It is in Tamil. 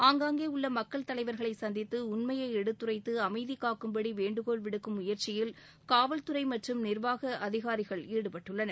ஆங்காங்கே உள்ள மக்கள் தலைவர்களை சந்தித்து உண்மையை எடுத்துரைத்து அமைதி காக்கும்படி வேண்டுகோள் விடுக்கும் முயற்சியில் காவல்துறை மற்றும் நிர்வாக அதிகாரிகள் ஈடுபட்டுள்ளனர்